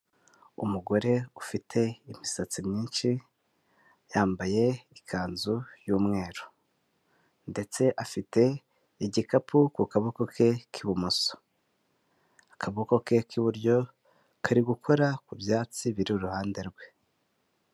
Umugore ufite imisatsi myinshi, yambaye ikanzu y'umweru ndetse afite igikapu ku kaboko ke k'ibumoso. Akaboko ke k'iburyo kari gukora ku byatsi biri iruhande rwe.